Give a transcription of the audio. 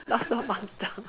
all so